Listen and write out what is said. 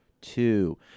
two